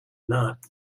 not